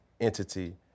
entity